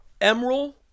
Emerald